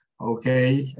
okay